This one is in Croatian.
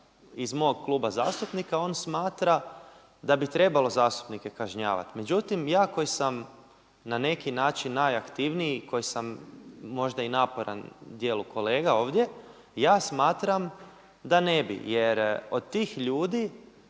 iz mog Kluba zastupnika on smatra da bi trebalo zastupnike kažnjavati. Međutim ja koji sam na neki način najaktivniji, koji sam možda i naporan dijelu kolega ovdje, ja smatram da ne bi jer od tih ljudi